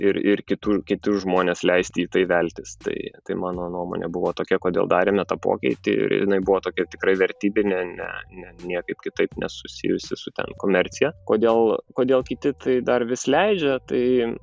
ir ir kitu kitus žmonės leisti į tai veltis tai tai mano nuomonė buvo tokia kodėl darėme tą pokytį ir jinai buvo tokia tikrai vertybinė ne ne niekaip kitaip nesusijusi su ten komercija kodėl kodėl kiti tai dar vis leidžia tai